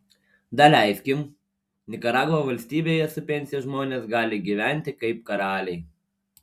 daleiskim nikaragva valstybėje su pensija žmonės gali gyventi kaip karaliai